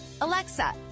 Alexa